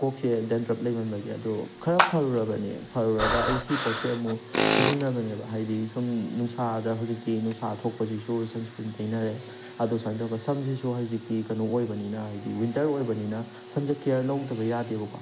ꯑꯩꯀꯣꯛꯁꯦ ꯗ꯭ꯔꯦꯟꯗ꯭ꯔꯞ ꯂꯩꯃꯟꯕꯒꯤ ꯑꯗꯣ ꯈꯔ ꯐꯔꯨꯔꯕꯅꯦ ꯐꯔꯨꯔꯒ ꯑꯩ ꯁꯤ ꯄꯣꯠꯁꯦ ꯑꯃꯨꯛ ꯁꯤꯖꯟꯅꯕꯅꯦꯕ ꯍꯥꯏꯗꯤ ꯁꯨꯝ ꯅꯨꯡꯁꯥꯗ ꯍꯧꯖꯤꯛꯇꯤ ꯅꯨꯡꯁꯥ ꯊꯣꯛꯄꯁꯤꯁꯨ ꯁꯟ ꯁꯀ꯭ꯔꯤꯟ ꯇꯩꯅꯔꯦ ꯑꯗꯣ ꯁꯨꯃꯥꯏꯅ ꯇꯧꯗꯅ ꯁꯝꯁꯤꯁꯨ ꯍꯧꯖꯤꯛꯇꯤ ꯀꯩꯅꯣ ꯑꯣꯏꯕꯅꯤꯅ ꯍꯥꯏꯗꯤ ꯋꯤꯟꯇꯔ ꯑꯣꯏꯕꯅꯤꯅ ꯁꯝꯁꯦ ꯀꯦꯌꯔ ꯂꯧꯗꯕ ꯌꯥꯗꯦꯕꯀꯣ